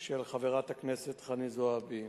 של חברת הכנסת חנין זועבי,